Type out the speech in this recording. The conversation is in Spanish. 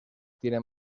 tiene